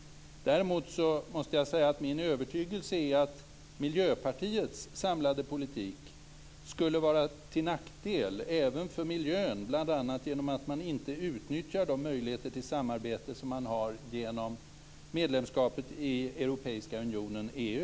Däremot måste jag säga att min övertygelse är att Miljöpartiets samlade politik skulle vara till nackdel även för miljön, bl.a. genom att man inte utnyttjar de möjligheter till samarbete som man har genom medlemskapet i Europeiska unionen, EU.